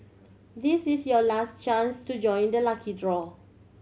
this is your last chance to join the lucky draw